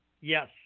Yes